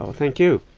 ah thank you.